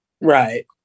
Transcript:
Right